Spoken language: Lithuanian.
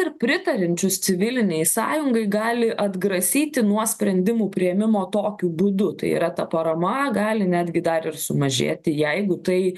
ir pritariančius civilinei sąjungai gali atgrasyti nuo sprendimų priėmimo tokiu būdu tai yra ta parama gali netgi dar ir sumažėti jeigu tai